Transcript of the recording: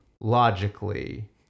logically